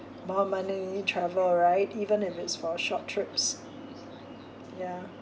more money travel right even if it's for short trips ya